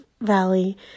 Valley